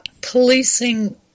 policing